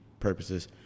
purposes